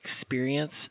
experience